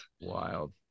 Wild